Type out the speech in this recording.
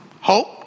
Hope